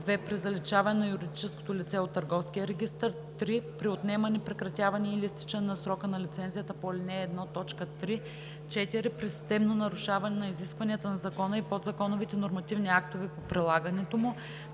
2. при заличаване на юридическото лице от търговския регистър; 3. при отнемане, прекратяване или изтичане на срока на лицензията по ал. 1, т. 3; 4. при системно нарушаване на изискванията на закона и подзаконовите нормативни актове по прилагането му;